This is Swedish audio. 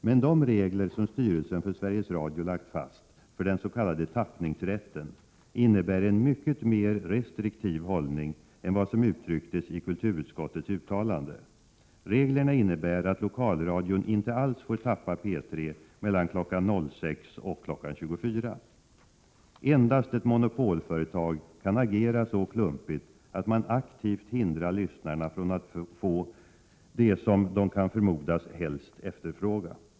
Men de regler som styrelsen för Sveriges Radio lagt fast för den s.k. tappningsrätten innebär en mycket mer restriktiv hållning än vad som uttrycktes i kulturutskottets uttalande. Reglerna innebär att lokalradion inte alls får ”tappa” P 3 mellan kl. 06.00 och kl. 24.00. Endast ett monopolföretag kan agera så klumpigt att man aktivt hindrar lyssnarna från att få det som de kan förmodas helst efterfråga.